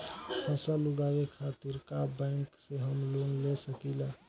फसल उगावे खतिर का बैंक से हम लोन ले सकीला?